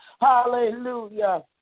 Hallelujah